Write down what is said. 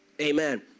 Amen